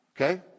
Okay